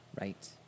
Right